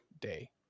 day